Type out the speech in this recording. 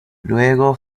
luego